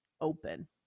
open